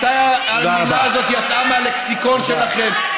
מתי המילה הזאת יצאה מהלקסיקון שלכם?